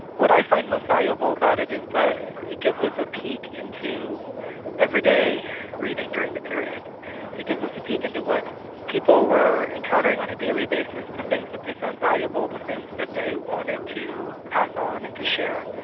what i find most valuable about it is that it gives us a peek into everyday reading during the period, and it gives us a peek into what people were encountering on a daily basis, the things that they found valuable, the things that they wanted to pass on and to share.